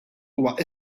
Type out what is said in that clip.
huwa